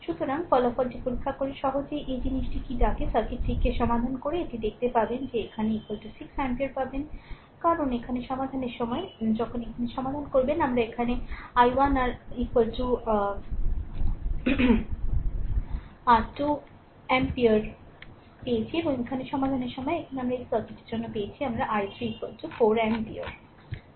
সুতরাং ফলাফলটি পরীক্ষা করে সহজেই এই জিনিসটি কী ডাকে সার্কিটটি সমাধান করে এটি দেখতে পাবে যে এখানে 6 অ্যাম্পিয়ার পাবেন কারণ এখানে সমাধানের সময় যখন এখানে সমাধান করবেন আমরা এখানে i 1 r 2 এমপিয়ার পেয়েছি এবং এখানে সমাধানের সময় এখানে আমরা এই সার্কিটের জন্য পেয়েছি আমরা i3 4 অ্যাম্পিয়ার পেয়েছি